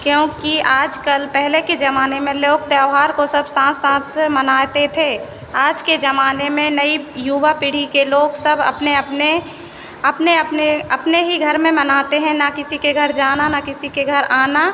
क्योंकि आजकल पहले के जमाने में लोग त्यौहार को सब साथ साथ मनाते थे आज के जमाने में नई युवा पीढ़ी के लोग सब अपने अपने अपने अपने अपने ही घर में मनाते हैं न किसी के घर जाना न किसी के घर आना